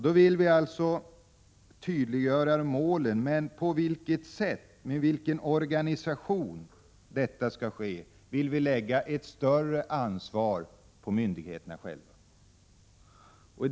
Vi vill alltså tydliggöra målen, men när det 35 gäller på vilket sätt och med vilken organisation detta skall ske vill vi lägga ett större ansvar på myndigheterna själva.